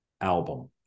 album